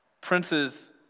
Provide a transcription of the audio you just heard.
Princes